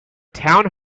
town